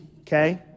okay